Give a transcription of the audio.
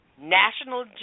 national